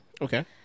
Okay